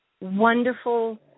wonderful